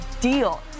deal